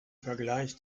vergleich